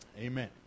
Amen